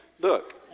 Look